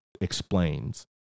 explains